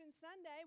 Sunday